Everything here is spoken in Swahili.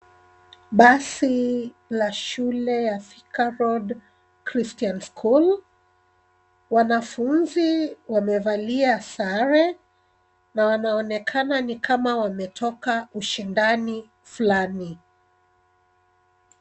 Basi la shule ya Thika road Christian school .Wanafunzi wamevalia sare na wanaonekana ni kama wametoka ushindani fulani.